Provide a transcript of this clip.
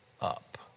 up